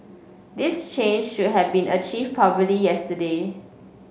this change should have been achieved probably yesterday